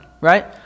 right